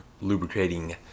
lubricating